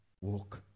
walk